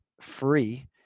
free